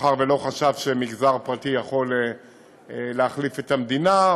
מאחר שלא חשב שמגזר פרטי יכול להחליף את המדינה,